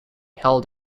held